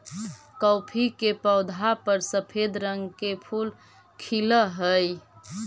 coffee के पौधा पर सफेद रंग के फूल खिलऽ हई